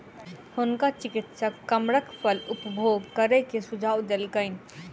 हुनका चिकित्सक कमरख फल उपभोग करै के सुझाव देलकैन